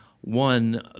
One